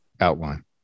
outline